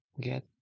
get